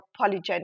polygenic